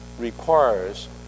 Requires